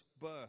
birth